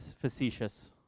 facetious